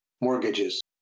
mortgages